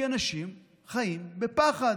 כי אנשים חיים בפחד.